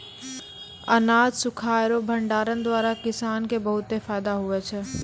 अनाज सुखाय रो भंडारण द्वारा किसान के बहुत फैदा हुवै छै